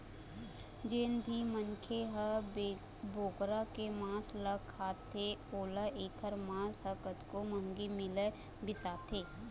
जेन भी मनखे ह बोकरा के मांस ल खाथे ओला एखर मांस ह कतको महंगी मिलय बिसाथे